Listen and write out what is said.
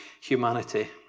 humanity